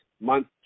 month